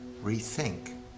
rethink